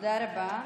תודה רבה.